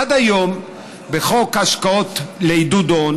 עד היום, בחוק השקעות לעידוד הון